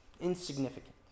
insignificant